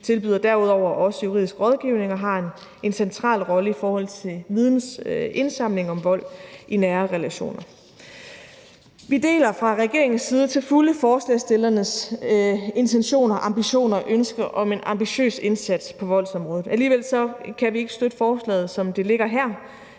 De tilbyder derudover også juridisk rådgivning og har en central rolle i forhold til vidensindsamling om vold i nære relationer. Vi deler fra regeringens side til fulde forslagsstillernes intentioner og ambitioner og ønsker om en ambitiøs indsats på voldsområdet, men alligevel kan vi ikke støtte forslaget, som det ligger her.